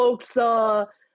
folks